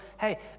hey